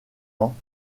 ans